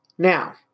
Now